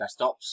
desktops